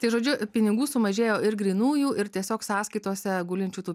tai žodžiu pinigų sumažėjo ir grynųjų ir tiesiog sąskaitose gulinčių tų